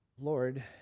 Lord